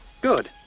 Good